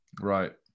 Right